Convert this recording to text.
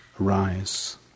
arise